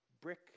brick